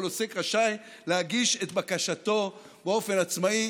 כל עוסק רשאי להגיש את בקשתו באופן עצמאי.